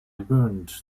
burned